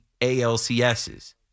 ALCSs